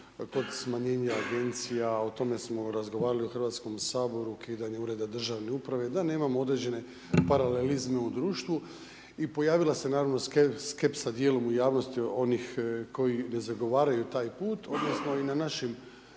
kod smanjenja agencija, o tome samo razgovarali u Hrvatskom saboru, ukidanje Ureda državne uprave, da nemamo određene paralelizme u društvu i pojavila se naravno skepsa dijelom u javnosti onih koji ne zagovaraju taj put, odnosno i na našim